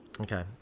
Okay